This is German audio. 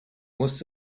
musst